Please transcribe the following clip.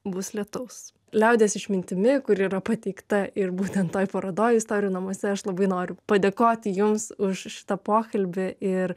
bus lietaus liaudies išmintimi kuri yra pateikta ir būtent toj parodoj istorijų namuose aš labai noriu padėkoti jums už šitą pokalbį ir